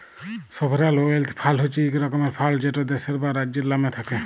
sovereign wealth fund হছে ইক রকমের ফাল্ড যেট দ্যাশের বা রাজ্যের লামে থ্যাকে